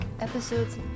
episodes